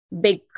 big